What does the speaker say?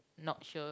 not sure